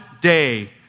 day